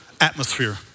atmosphere